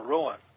Ruin